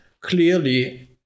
clearly